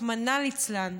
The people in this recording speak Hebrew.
רחמנא ליצלן.